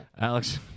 Alex